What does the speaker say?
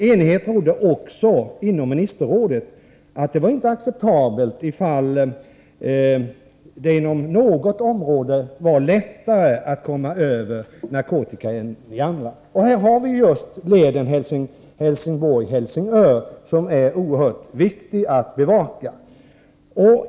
Enighet rådde vidare inom ministerrådet om att det inte var acceptabelt ifall det inom några områden i Norden var lättare att komma över narkotika än i andra. Här har vi just leden Helsingborg-Helsingör som det är oerhört viktigt att bevaka.